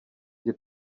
njye